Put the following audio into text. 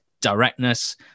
directness